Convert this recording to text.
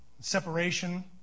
separation